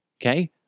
okay